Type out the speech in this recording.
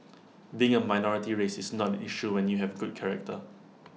being A minority race is not an issue when you have good character